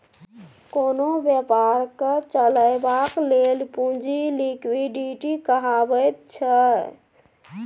कोनो बेपारकेँ चलेबाक लेल पुंजी लिक्विडिटी कहाबैत छै